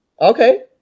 Okay